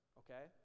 okay